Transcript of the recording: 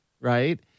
right